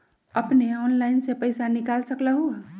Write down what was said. अपने ऑनलाइन से पईसा निकाल सकलहु ह?